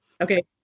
Okay